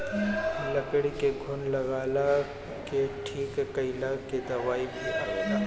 लकड़ी में घुन लगला के ठीक कइला के दवाई भी आवेला